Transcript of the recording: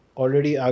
already